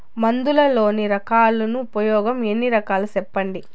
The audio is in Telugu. మందులలోని రకాలను ఉపయోగం ఎన్ని రకాలు? సెప్పండి?